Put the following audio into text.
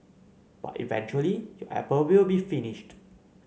but eventually your apple will be finished